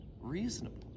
reasonable